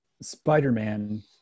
Spider-Man